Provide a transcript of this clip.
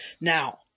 Now